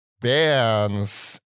bands